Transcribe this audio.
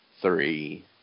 three